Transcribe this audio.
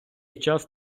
час